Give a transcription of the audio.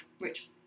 rich